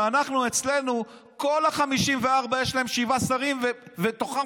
כשאצלנו לכל ה-54 יש שבעה שרים ומתוכם